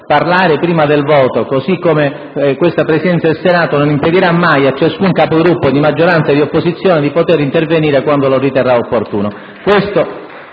parlare prima del voto, così come questa Presidenza non impedirà mai a ciascun Capogruppo di maggioranza o di opposizione di poter intervenire quando lo riterrà opportuno.